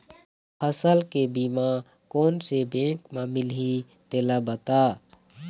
फसल के बीमा कोन से बैंक म मिलही तेला बता?